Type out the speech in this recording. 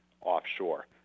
offshore